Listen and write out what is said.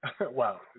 Wow